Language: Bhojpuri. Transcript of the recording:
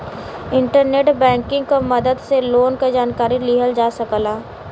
इंटरनेट बैंकिंग क मदद से लोन क जानकारी लिहल जा सकला